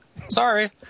sorry